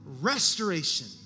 Restoration